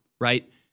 right